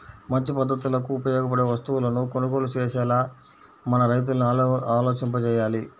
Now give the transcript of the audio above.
మంచి పద్ధతులకు ఉపయోగపడే వస్తువులను కొనుగోలు చేసేలా మన రైతుల్ని ఆలోచింపచెయ్యాలి